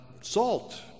salt